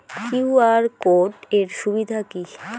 QR code এর সুবিধা কি?